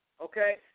Okay